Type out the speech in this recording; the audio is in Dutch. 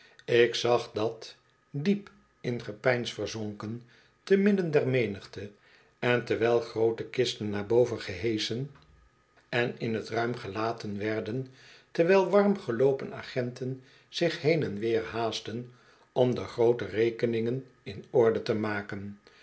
ik zag dat diep in gepeins verzonken te midden der menigte en terwijl groote kisten naar boven geheschen en in t ruim gelaten werden terwijl warm geloopen agenten zich heen en weer haastten om de groote rekeningen in orde te maken